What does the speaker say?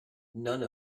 none